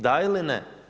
Da ili ne?